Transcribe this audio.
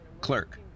Clerk